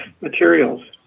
materials